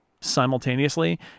simultaneously